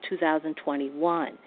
2021